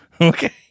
Okay